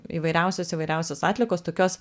įvairiausios įvairiausios atliekos tokios